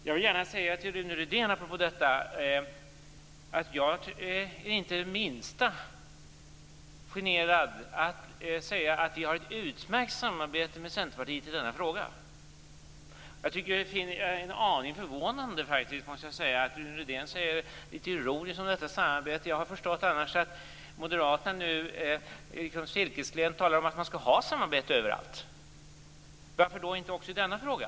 Jag vill gärna säga till Rune Rydén, apropå detta, att jag inte är det minsta generad över att säga att vi har ett utmärkt samarbete med Centerpartiet i denna fråga. Jag finner det faktiskt en aning förvånande att Rune Rydén är ironisk över detta samarbete; jag har annars förstått att Moderaterna nu silkeslent talar om att man skall ha samarbete överallt. Varför då inte också i denna fråga?